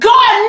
God